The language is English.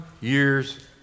years